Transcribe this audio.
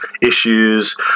issues